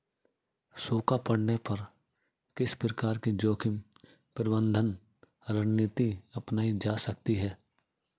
सूखा पड़ने पर किस प्रकार की जोखिम प्रबंधन रणनीति अपनाई जा सकती है?